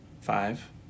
Five